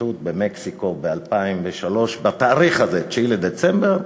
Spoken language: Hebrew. בשחיתות במקסיקו ב-2003, בתאריך הזה, 9 בדצמבר,